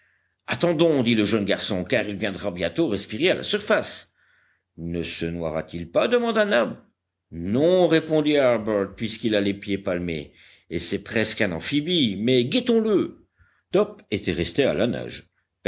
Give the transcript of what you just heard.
attendons dit le jeune garçon car il viendra bientôt respirer à la surface ne se noiera t il pas demanda nab non répondit harbert puisqu'il a les pieds palmés et c'est presque un amphibie mais guettons le top était resté à la nage